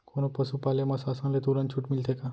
कोनो पसु पाले म शासन ले तुरंत छूट मिलथे का?